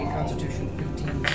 Constitution